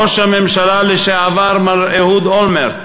ראש הממשלה לשעבר מר אהוד אולמרט,